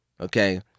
Okay